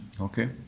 Okay